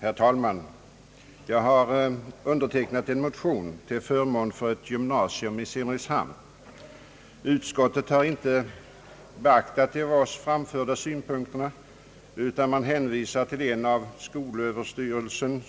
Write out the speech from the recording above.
Herr talman! Jag har undertecknat en motion till förmån för ett gymnasium i Simrishamn. Utskottet har inte beaktat de av oss framförda synpunkterna utan hänvisar till en av skol Överstyrelsen